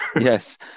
Yes